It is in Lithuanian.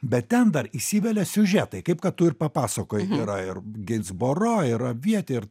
bet ten dar įsivelia siužetai kaip kad tu ir papasakoji yra ir geinsboro ir vietinė ir